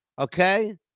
okay